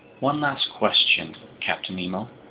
one last question, captain nemo.